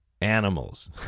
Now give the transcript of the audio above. animals